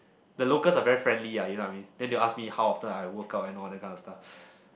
the locals are very friendly ah you know what I mean then they will ask me how often I work out and all that kind of stuff